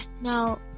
Now